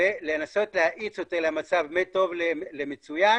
ולנסות להאיץ את המצב מטוב למצוין